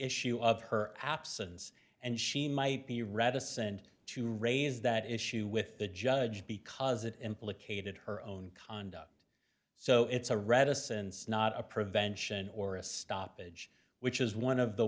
issue of her absence and she might be reticent to raise that issue with the judge because it implicated her own conduct so it's a radisson sas not a prevention or a stoppage which is one of the